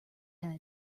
head